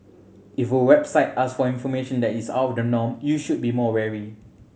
if a website ask for information that is out the norm you should be more wary